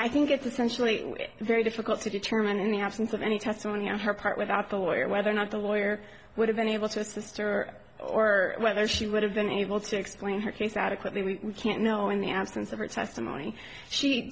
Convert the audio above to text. i think it's essentially very difficult to determine in the absence of any testimony on her part without the lawyer whether or not the lawyer would have been able to assist her or whether she would have been able to explain her case adequately we can't know in the absence of her testimony she